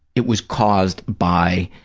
it was caused by